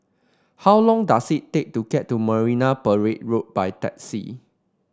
how long does it take to get to Marina Parade Road by taxi